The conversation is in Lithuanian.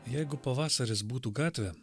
jeigu pavasaris būtų gatvė